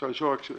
אפשר לשאול שאלה?